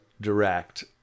direct